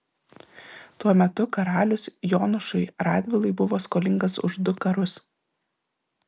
tuo metu karalius jonušui radvilai buvo skolingas už du karus